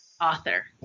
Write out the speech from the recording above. author